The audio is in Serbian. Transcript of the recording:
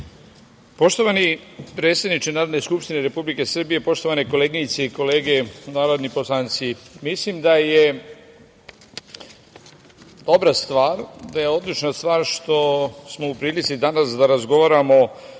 Hvala. Poštovani predsedniče Narodne skupštine Republike Srbije, poštovane koleginice i kolege narodni poslanici, mislim da je dobra stvar što smo u prilici danas da razgovaramo